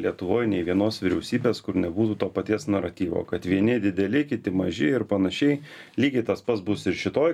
lietuvoj nei vienos vyriausybės kur nebūtų to paties naratyvo kad vieni dideli kiti maži ir panašiai lygiai tas pats bus ir šitoj